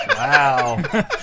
Wow